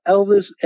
Elvis